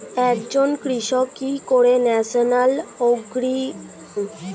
একজন কৃষক কি করে ন্যাশনাল এগ্রিকালচার মার্কেট থেকে সুযোগ সুবিধা পেতে পারে?